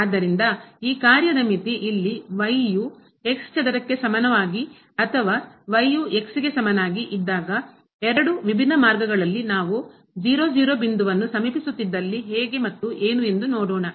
ಆದ್ದರಿಂದ ಈ ಕಾರ್ಯದ ಮಿತಿ ಇಲ್ಲಿ ಯು ಚದರಕ್ಕೆ ಸಮನಾಗಿ ಅಥವಾ ಯು ಗೆ ಸಮನಾಗಿ ಇದ್ದಾಗ ಎರಡು ವಿಭಿನ್ನ ಮಾರ್ಗಗಳಲ್ಲಿ ಹೇಗೆ ಮತ್ತು ಏನು ಎಂದು ನೋಡೋಣ